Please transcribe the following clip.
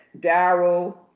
Daryl